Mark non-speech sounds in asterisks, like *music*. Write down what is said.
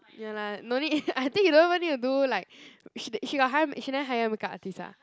ya lah no need *laughs* I think you don't even need to do like *breath* she she got hire she never hire make up artist ah